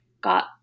got